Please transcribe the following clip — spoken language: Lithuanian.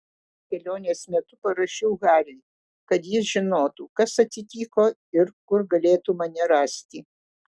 kelionės metu parašiau hariui kad jis žinotų kas atsitiko ir kur galėtų mane rasti